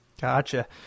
Gotcha